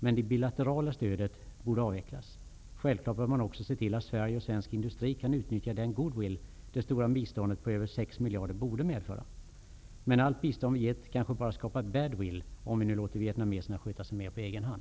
Men det bilaterala stödet borde avvecklas. Självklart bör man också se till att Sverige och svensk industri kan utnyttja den goodwill som det stora biståndet på över 6 miljarder borde medföra. Men allt bistånd vi gett kanske bara skapat ''badwill'', om vi nu låter vietnameserna sköta sig mer på egen hand.